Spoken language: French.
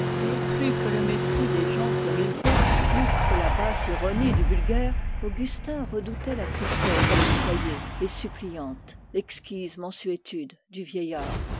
plus que le mépris des gens comme il faut plus que la basse ironie du vulgaire augustin redoutait la tristesse suppliante l'exquise mansuétude du vieillard